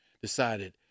decided